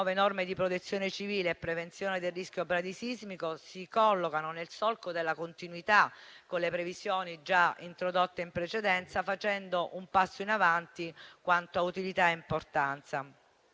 norme di protezione civile e prevenzione del rischio bradisismico si collocano nel solco della continuità con le previsioni già introdotte in precedenza, facendo un passo in avanti quanto a utilità e importanza.